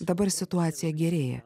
dabar situacija gerėja